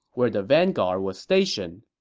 where the vanguard was stationed.